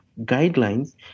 guidelines